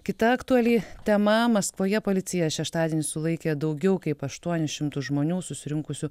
kita aktuali tema maskvoje policija šeštadienį sulaikė daugiau kaip aštuonis šimtus žmonių susirinkusių